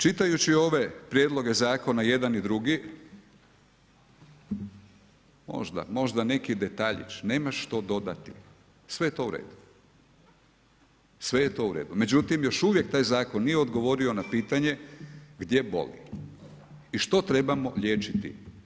Čitajući ove prijedloge zakona, jedan i drugi, možda, možda neki detaljić nema što dodati, sve je to u redu, sve je to u redu, međutim još uvijek taj zakon nije odgovorio na pitanje gdje boli i što trebamo liječiti?